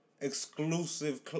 exclusive